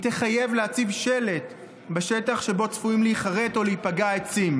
היא תחייב להציב שלט בשטח שבו צפויים להיכרת או להיפגע עצים,